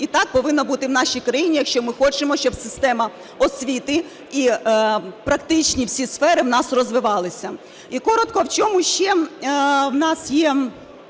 і так повинно бути в нашій країні, якщо ми хочемо, щоб система освіти і практичні всі сфери в нас розвивалися. І коротко, в чому ще в нас є